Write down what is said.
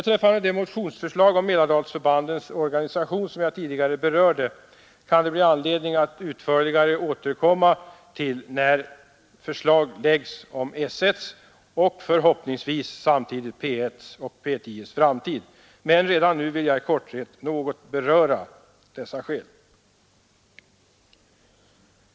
Till de motionsförslag om Mälardalsförbandens organisation som jag tidigare berörde blir det anledning att återkomma utförligare när förslag framläggs om § 1:s och förhoppningsvis även P 1:s och P 10:s framtid, men redan nu vill jag i korthet beröra dessa något.